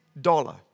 dollar